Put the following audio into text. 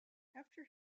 after